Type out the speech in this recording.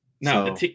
no